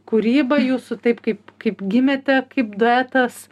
kūrybą jūsų taip kaip kaip gimėte kaip duetas